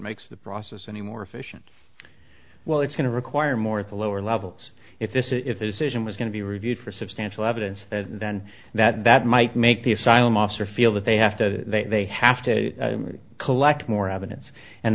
makes the process any more efficient well it's going to require more at the lower levels if this if there's agent was going to be reviewed for substantial evidence that then that that might make the asylum officer feel that they have to they have to collect more evidence and